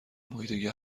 محیط